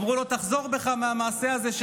אמרו לו: תחזור בך מהמעשה הזה.